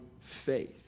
faith